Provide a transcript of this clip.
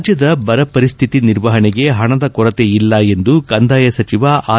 ರಾಜ್ಯದ ಬರ ಪರಿಸ್ಥಿತಿ ನಿರ್ವಹಣೆಗೆ ಹಣದ ಕೊರತೆ ಇಲ್ಲ ಎಂದು ಕಂದಾಯ ಸಚಿವ ಆರ್